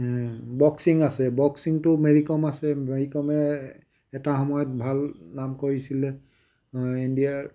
boxing আছে বক্সিঙতো মেৰী কম আছে মেৰী কমে এটা সময়ত ভাল নাম কৰিছিলে ইণ্ডিয়াৰ